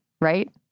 right